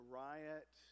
riot